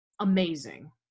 amazing